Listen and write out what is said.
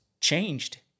changed